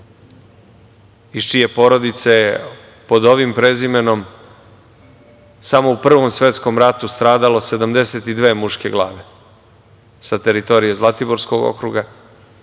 iz čije je porodice pod ovim prezimenom samo u Prvom svetskom ratu stradalo 72 muške glave, sa teritorije Zlatiborskog okruga,